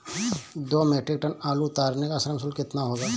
दो metric tonne आलू उतारने का श्रम शुल्क कितना होगा?